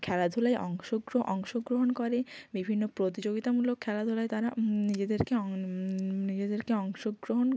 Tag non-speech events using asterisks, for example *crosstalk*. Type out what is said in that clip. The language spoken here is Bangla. খেলাধূলায় অংশগ্রহণ করে বিভিন্ন প্রতিযোগিতামূলক খেলাধূলায় তারা নিজেদেরকে *unintelligible* নিজেদেরকে অংশগ্রহণ